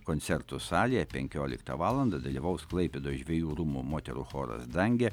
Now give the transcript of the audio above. koncertų salėje penkioliktą valandą dalyvaus klaipėdos žvejų rūmų moterų choras dangė